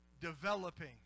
developing